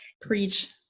Preach